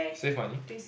save money